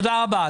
תודה רבה.